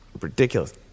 ridiculous